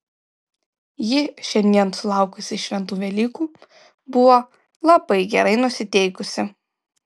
ji šiandien sulaukusi šventų velykų buvo labai gerai nusiteikusi